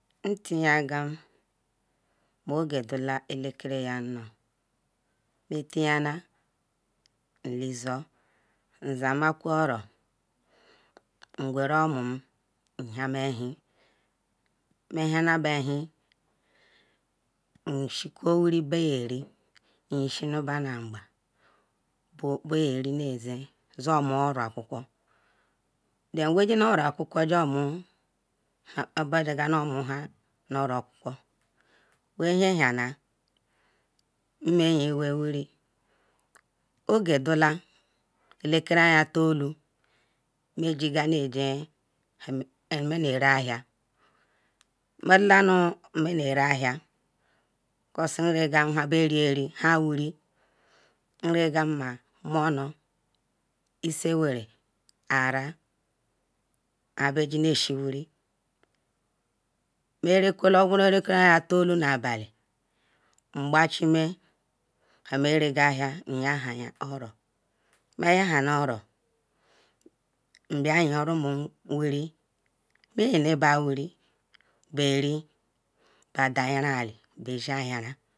ntiyagam ma oge kwalu elekiri anu matiyan nzama oro nguru rumon hama ba ehan ma hanna be hen nshi kwa wiri baya ri nyiyshi kununu banu mba beyari oze oro a. kuku than be zen oro aku ku obo an bagaga nu mo nhan nu oro okuku baya hanna mme hin wiri then ode dola ngam megiga i nu a zenrahan mudola nu hamenara nhan hire m rigam isinwera iral monu i nhan bejigal shi wiri marakula odula elakiri tolu nabali mgbachime n hameraga han nyaham oro mayahan oro nu bia yegarumun wiri mayima alabo wiri beri badan yineli beshi ayinran